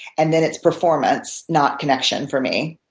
and then it's performance, not connection for me.